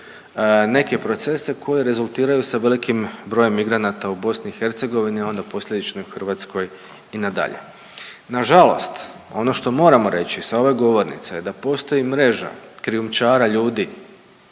neke procese koje rezultiraju sa velikim brojem migranata u BiH, a onda posljedično i u Hrvatskoj i nadalje. Nažalost ono što moramo reći sa ove govornice je da postoji mreža krijumčara ljudi